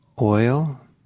oil